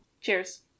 Cheers